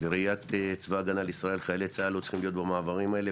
לראיית צה"ל חיילי צה"ל לא צריכים להיות במעברים האלה,